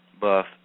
Buff